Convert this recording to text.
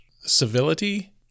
civility